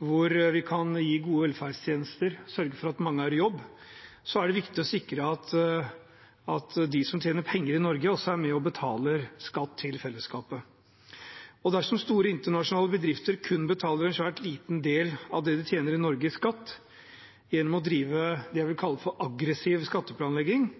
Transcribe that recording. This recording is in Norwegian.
hvor vi kan gi gode velferdstjenester og sørge for at mange er i jobb, er det viktig å sikre at de som tjener penger i Norge, også er med og betaler skatt til fellesskapet. Dersom store internasjonale bedrifter kun betaler en svært liten del av det de tjener i Norge, i skatt, gjennom å drive det jeg vil kalle aggressiv skatteplanlegging,